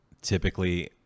Typically